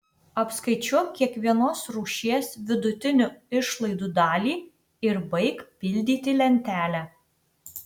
apskaičiuok kiekvienos rūšies vidutinių išlaidų dalį ir baik pildyti lentelę